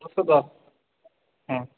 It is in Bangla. দুশো দশ হ্যাঁ